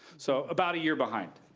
so, about a year behind.